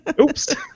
oops